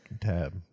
tab